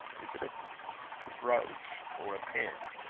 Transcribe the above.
is it a brooch or a pin?